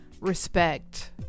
respect